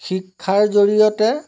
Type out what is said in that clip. শিক্ষাৰ জৰিয়তে